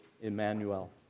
Emmanuel